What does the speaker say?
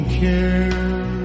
care